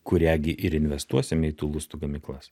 kurią gi ir investuosime į tų lustų gamyklas